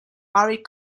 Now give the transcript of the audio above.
married